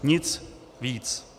Nic víc.